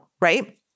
right